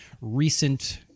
recent